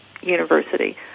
university